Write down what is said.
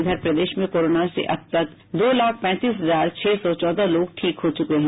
इधर प्रदेश में कोरोना से अब तक दो लाख पैंतीस हजार छह सौ चौदह लोग ठीक हो चुके हैं